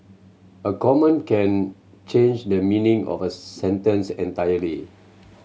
a comma can change the meaning of a sentence entirely